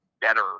better